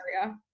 area